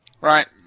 Right